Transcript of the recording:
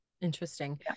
Interesting